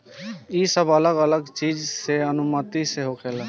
ई सब अलग अलग चीज के अनुमति से होखेला